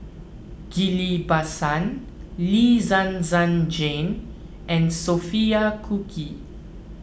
Ghillie Bassan Lee Zhen Zhen Jane and Sophia Cooke